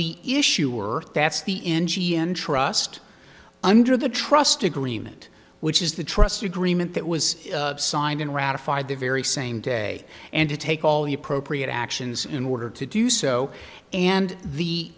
the issuer that's the in g n trust under the trust agreement which is the trust agreement that was signed and ratified the very same day and to take all the appropriate actions in order to do so and the